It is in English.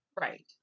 Right